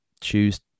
choose